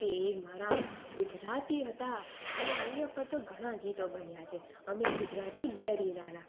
એ મારા ગુજરાતી હતા અને એની ઉપર તો ઘણા ગીતો બન્યા છે અમે ગુજરાતી લેરી લાલા